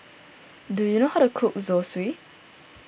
do you know how to cook Zosui